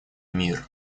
мир